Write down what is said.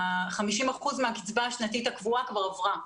50 אחוזים מהקצבה השנתית הקבועה כבר עברה.